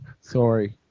Sorry